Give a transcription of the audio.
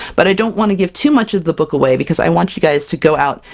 but i don't want to give too much of the book away, because i want you guys to go out,